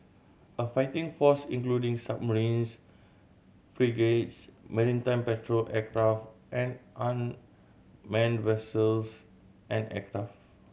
a fighting force including submarines frigates maritime patrol aircraft and unmanned vessels and aircraft